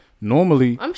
normally